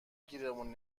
گیرمون